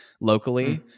locally